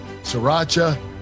sriracha